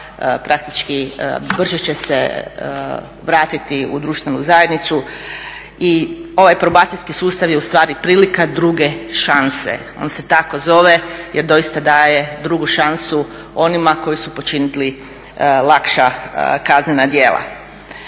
praktički brže će se vratiti u društvenu zajednicu i ovaj probacijski sustav je ustvari prilika druge šanse. On se tako zove jer doista daje drugu šansu onima koji su počinili lakša kaznena djela.